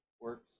works